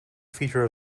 feature